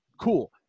Cool